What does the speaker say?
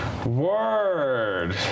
Word